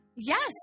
Yes